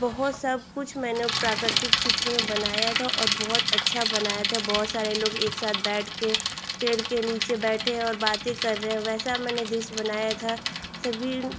बहुत सबकुछ मैंने प्राकृतिक चित्र में बनाया था और बहुत अच्छा बनाया था बहुत सारे लोग एकसाथ बैठकर पेड़ के नीचे बैठे हैं और बातें कर रहे हैं वैसा मैंने दृश्य बनाया था सभी